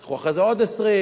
תיקחו אחרי זה עוד 20,